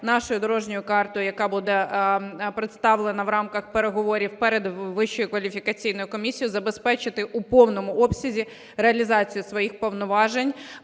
нашою дорожньою картою, яка буде представлена в рамках переговорів перед Вищою кваліфікаційною комісією, забезпечити в повному обсязі реалізацію своїх повноважень,